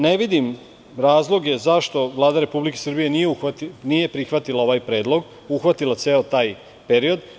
Ne vidim razloga zašto Vlada Republike Srbije nije prihvatila ovaj predlog, uhvatila ceo taj period.